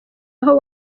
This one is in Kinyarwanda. aho